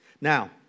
Now